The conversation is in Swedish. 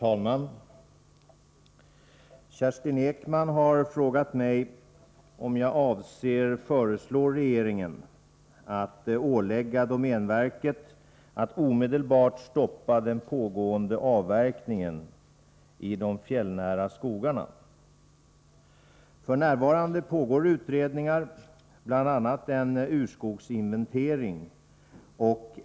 Domänverkets generaldirektör meddelar att inga nya avverkningar skall starta i de fjällnära skogarna. Detta är positivt även om det är ett besked som borde ha kommit mycket tidigare.